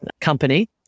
company